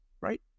right